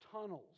tunnels